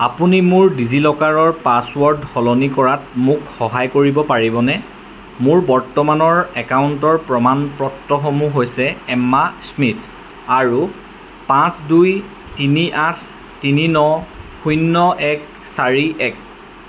আপুনি মোৰ ডিজি লকাৰৰ পাছৱৰ্ড সলনি কৰাত মোক সহায় কৰিব পাৰিবনে মোৰ বৰ্তমানৰ একাউণ্টৰ প্ৰমাণপত্ৰসমূহ হৈছে এম্মা স্মিথ আৰু পাঁচ দুই তিনি আঠ তিনি ন শূণ্য এক চাৰি এক